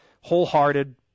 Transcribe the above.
wholehearted